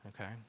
Okay